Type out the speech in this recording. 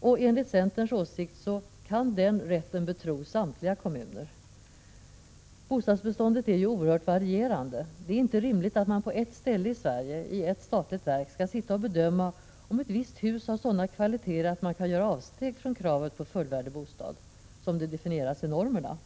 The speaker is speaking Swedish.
och enligt centerns åsikt kan den rätten betros samtliga kommuner. Bostadsbeståndet är oerhört varierande. Det är inte rimligt att man på ett ställe i Sverige i ett statligt verk skall sitta och bedöma om ett visst hus har sådana kvaliteter att man skall göra avsteg från kravet på ”fullvärdig bostad”, som det definieras i normerna.